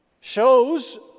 shows